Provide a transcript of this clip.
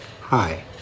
Hi